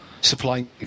supplying